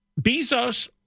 Bezos